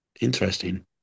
Interesting